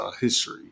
history